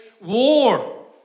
war